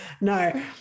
No